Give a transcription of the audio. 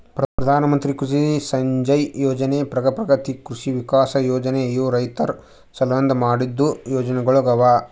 ಪ್ರಧಾನ ಮಂತ್ರಿ ಕೃಷಿ ಸಿಂಚೈ ಯೊಜನೆ, ಪರಂಪ್ರಗತಿ ಕೃಷಿ ವಿಕಾಸ್ ಯೊಜನೆ ಇವು ರೈತುರ್ ಸಲೆಂದ್ ಮಾಡಿದ್ದು ಯೊಜನೆಗೊಳ್ ಅವಾ